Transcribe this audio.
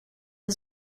der